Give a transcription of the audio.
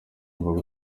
bigomba